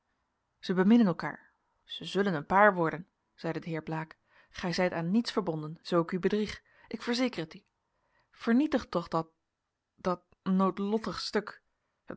zij beminnen elkaar zij zullen een paar worden zeide de heer blaek gij zijt aan niets verbonden zoo ik u bedrieg ik verzeker het u vernietig toch dat dat noodlottige stuk